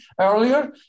earlier